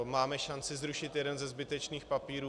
Máme šanci zrušit jeden ze zbytečných papírů.